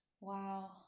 wow